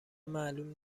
معلوم